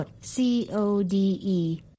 C-O-D-E